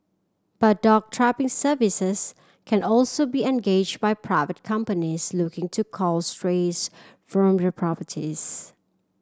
but dog trapping services can also be engaged by private companies looking to cull strays from their properties